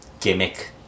gimmick